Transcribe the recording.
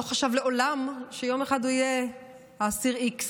לא חשב מעולם שיום אחד הוא יהיה האסיר x.